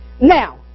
Now